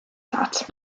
that